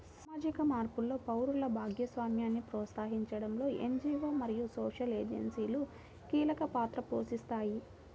సామాజిక మార్పులో పౌరుల భాగస్వామ్యాన్ని ప్రోత్సహించడంలో ఎన్.జీ.వో మరియు సోషల్ ఏజెన్సీలు కీలక పాత్ర పోషిస్తాయి